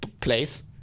place